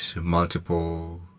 multiple